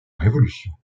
révolution